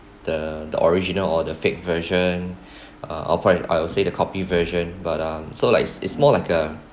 the the original or the fake version uh off right I would say the copy version but um so like it's it's more like uh